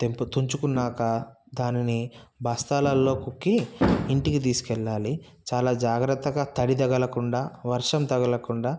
తెంపుతు తుంచుకున్నాక దానిని బస్తాలల్లో కుక్కి ఇంటికి తీసుకెళ్ళాలి చాలా జాగ్రత్తగా తడి తగలకుండా వర్షం తగలకుండా